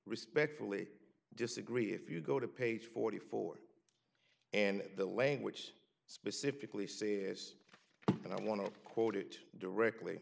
respectfully disagree if you go to page forty four and the language specifically say this and i want to quote it directly